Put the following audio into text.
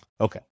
Okay